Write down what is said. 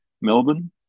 Melbourne